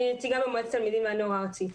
אני נציגה במועצת תלמידים והנוער הארצית.